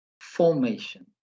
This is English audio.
formation